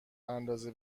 اندازه